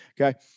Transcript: Okay